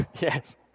Yes